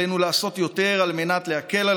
עלינו לעשות יותר על מנת להקל על